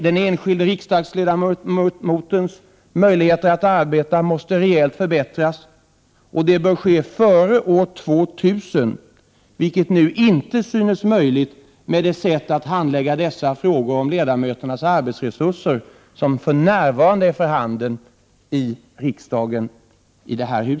Den enskilde riksdagsledamotens arbetsmöjligheter måste rejält förbättras, och det bör ske före år 2000, vilket nu inte synes vara möjligt med det sätt att handlägga dessa frågor om ledamöternas arbetsresurser som för närvarande är för handen i riksdagen.